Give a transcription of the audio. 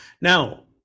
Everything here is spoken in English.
Now